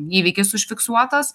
įvykis užfiksuotas